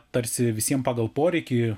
tarsi visiems pagal poreikį